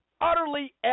Utterly